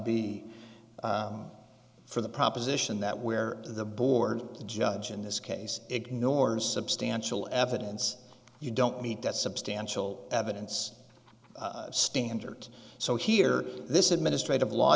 b for the proposition that where the board the judge in this case ignores substantial evidence you don't meet that substantial evidence standard so here this administrative law